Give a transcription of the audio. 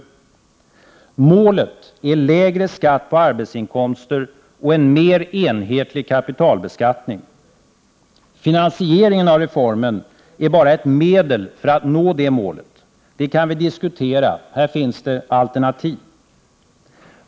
Målet är lägre skatt på arbetsinkomster och en mer enhetlig kapitalbeskattning. Finansieringen av reformen är bara ett medel för att nå det målet. Den kan vi diskutera. Här finns det alternativ.